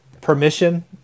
permission